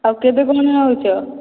ଆଉ କେବେ ପୁଣି ଆସୁଛ